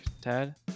Tad